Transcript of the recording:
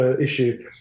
issue